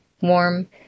warm